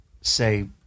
say